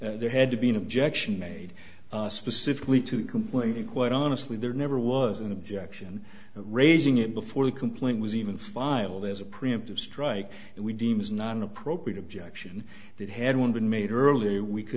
a there had to be an objection made specifically to completely quite honestly there never was an objection raising it before the complaint was even filed as a preemptive strike that we deem is not an appropriate objection that had once been made earlier we could